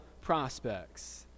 prospects